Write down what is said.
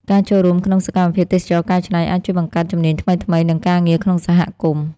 ការចូលរួមក្នុងសកម្មភាពទេសចរណ៍កែច្នៃ អាចជួយបង្កើតជំនាញថ្មីៗ និងការងារក្នុងសហគមន៍។